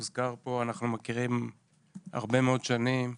אנחנו מכירים הרבה מאוד שנים.